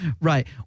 Right